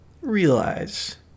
realize